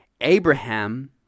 Abraham